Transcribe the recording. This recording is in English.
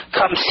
come